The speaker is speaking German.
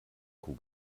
kuh